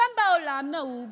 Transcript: גם בעולם נהוג